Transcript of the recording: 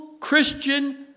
Christian